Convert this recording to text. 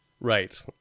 Right